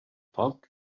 foc